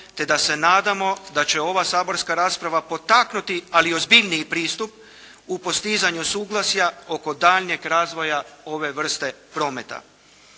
te da se nadamo da će ova saborska rasprava potaknuti, ali ozbiljniji pristup u postizanju suglasja oko daljnjeg razvoja ove vrste prometa.